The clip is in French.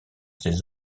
ses